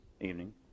Evening